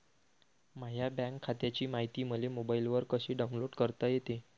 माह्या बँक खात्याची मायती मले मोबाईलवर कसी डाऊनलोड करता येते?